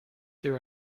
there